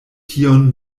tion